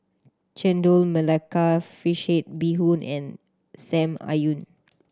Chendol Melaka fish head bee hoon and Sam